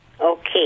Okay